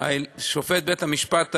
בית-המשפט העליון,